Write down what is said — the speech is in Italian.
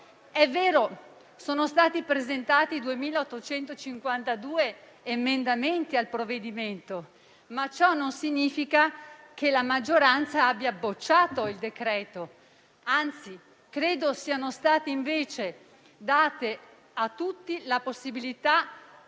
È vero: sono stati presentati 2.852 emendamenti al provvedimento, ma ciò non significa che la maggioranza abbia bocciato il decreto-legge in esame. Anzi, credo sia stata, invece, data la possibilità